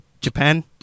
Japan